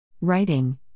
Writing